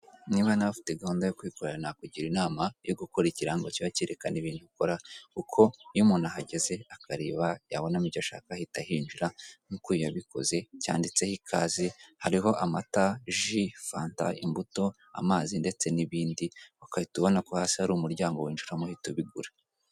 Niba nawe ufite gahunda yo kwikorera nakugira inama yo gukora ikirango kiba cyerekana ibintu ukora kuko iyo umuntu ahageze akareba yabonamo ibyo ashaka ahita hinjira nk'uko uyu yabikoze, cyanditseho ikaze hariho amata, ji, fanta, imbuto, amazi ndetse n'ibindi, ugahita ubona ko hasi hari umuryango winjiramo uhita ubigura.